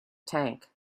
tank